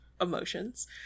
emotions